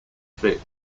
fixed